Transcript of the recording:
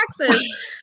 taxes